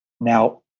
now